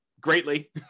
greatly